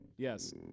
Yes